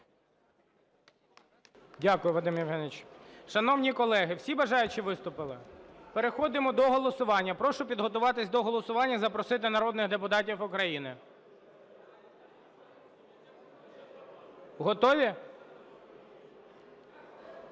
Дякую, Вадим Євгенович. Шановні колеги, всі бажаючі виступили? Переходимо до голосування. Прошу підготуватись до голосування, запросити народних депутатів України. Готові?